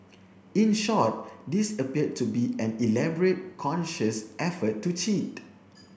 in short this appeared to be an elaborate conscious effort to cheat